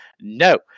No